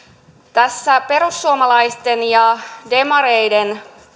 perussuomalaisten ja demareiden